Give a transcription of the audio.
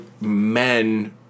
men